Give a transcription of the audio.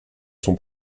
son